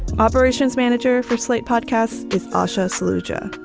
operations manager for slate podcast is ah ushe ah solutia,